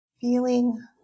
Feeling